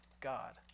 God